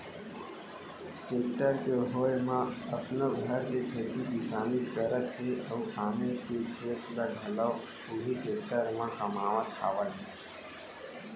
tractor के होय म अपनो घर के खेती किसानी करत हें अउ आने के खेत ल घलौ उही टेक्टर म कमावत हावयँ